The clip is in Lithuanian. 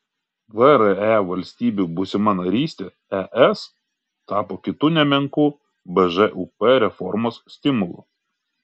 vre valstybių būsima narystė es tapo kitu nemenku bžūp reformos stimulu